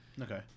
Okay